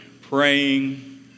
praying